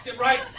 right